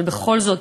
אבל בכל זאת,